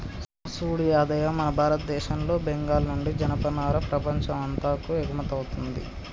సూడు యాదయ్య మన భారతదేశంలో బెంగాల్ నుండి జనపనార ప్రపంచం అంతాకు ఎగుమతౌతుంది